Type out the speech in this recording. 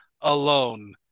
alone